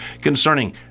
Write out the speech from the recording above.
Concerning